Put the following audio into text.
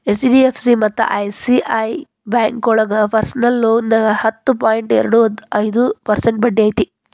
HDFC ಮತ್ತ ICICI ಬ್ಯಾಂಕೋಳಗ personal ಲೋನಿಗಿ ಹತ್ತು ಪಾಯಿಂಟ್ ಎರಡು ಐದು ಪರ್ಸೆಂಟ್ ಬಡ್ಡಿ ಐತಿ